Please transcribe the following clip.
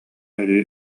өрүү